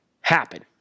happen